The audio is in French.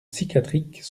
psychiatriques